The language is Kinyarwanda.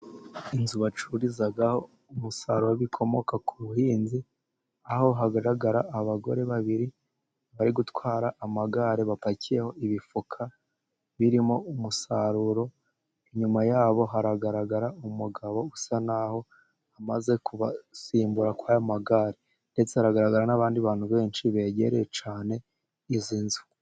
Inzu bacururizaho umusaruro w'ibikomoka ku buhinzi, aho hagaragara abagore babiri bari gutwara amagare bapakiyeho ibifuka birimo umusaruro, inyuma yabo haragaragara umugabo usa n'aho amaze kubasimbura kuri aya magare, ndetse haragaragara n'abandi bantu benshi begereye cyane izi nzu.